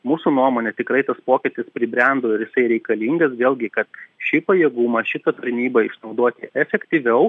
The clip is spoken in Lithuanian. mūsų nuomone tikrai tas pokytis pribrendo ir jisai reikalingas vėlgi kad šį pajėgumą šitą tarnybą išnaudoti efektyviau